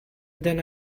then